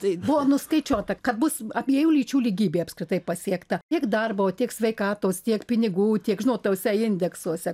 tai buvo nuskaičiuota kad bus abiejų lyčių lygybė apskritai pasiekta tiek darbo tiek sveikatos tiek pinigų tiek žinot tuose indeksuose